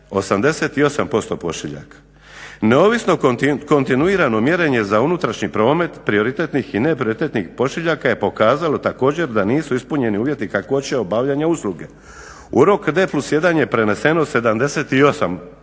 88% pošiljaka. Neovisno kontinuirano mjerenje za unutrašnji promet prioritetnih i neprioritetnih pošiljaka je pokazalo također da nisu ispunjeni uvjeti kakvoće obavljanja usluge. U rok D+1 je prenesen 78%